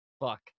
fuck